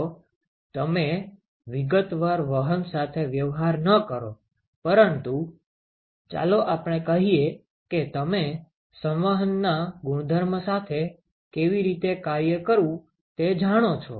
જો તમે વિગતવાર વહન સાથે વ્યવહાર ન કરો પરંતુ ચાલો આપણે કહીએ કે તમે સંવહનના ગુણધર્મો સાથે કેવી રીતે કાર્ય કરવું તે જાણો છો